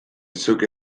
zeuk